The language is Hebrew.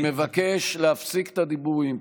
רבותיי, אני מבקש להפסיק את הדיבורים.